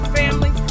family